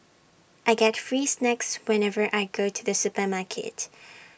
I get free snacks whenever I go to the supermarket